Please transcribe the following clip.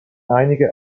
einige